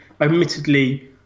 admittedly